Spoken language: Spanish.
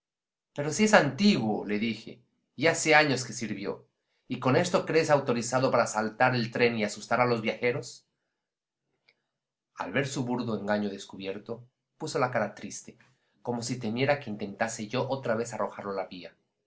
pero si es antiguo le dije ya hace años que sirvió y con esto te crees autorizado para asaltar el tren y asustar a los viajeros al ver su burdo engaño descubierto puso la cara triste como si temiera que intentase yo otra vez arrojarlo a la vía